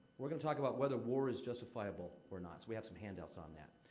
we're gonna talk about whether war is justifiable or not, so we have some handouts on that.